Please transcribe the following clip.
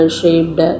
shaped